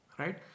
right